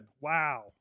Wow